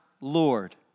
Lord